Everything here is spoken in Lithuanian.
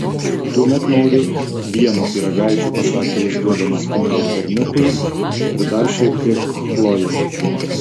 tuomet noriu vieno pyragaičio pasakė jis duodamas pinigus berniukui ir dar šiek tiek chlojei